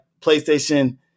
PlayStation